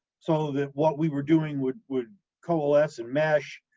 so that what we were doing would would coalesce and mesh.